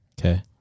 Okay